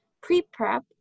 pre-prep